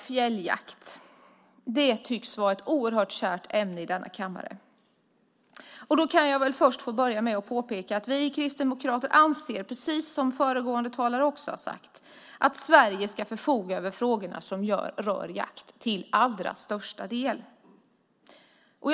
Fjälljakten tycks vara ett oerhört kärt ämne i denna kammare. Jag kan börja med att påpeka att vi kristdemokrater anser, precis som föregående talare har sagt, att Sverige till allra största del ska förfoga över frågorna som rör jakt.